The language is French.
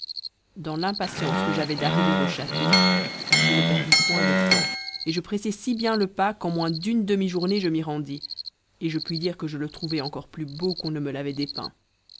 dans l'impatience que j'avais d'arriver au château je ne perdis point de temps et je pressai si bien le pas qu'en moins d'une demi-journée je m'y rendis et je puis dire que je le trouvai encore plus beau qu'on ne me l'avait dépeint